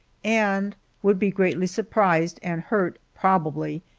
and would be greatly surprised, and hurt probably,